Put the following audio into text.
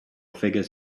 figures